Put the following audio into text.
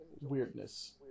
weirdness